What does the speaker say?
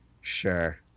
Sure